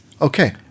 Okay